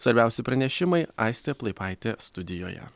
svarbiausi pranešimai aistė plaipaitė studijoje